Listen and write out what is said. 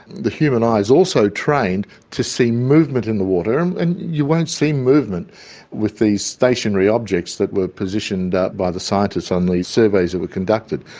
the human eye is also trained to see movement in the water, and you won't see movement with these stationary objects that were positioned ah by the scientists on these surveys that were conducted.